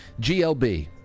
glb